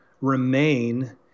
remain